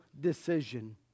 decision